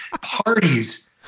parties